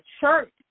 church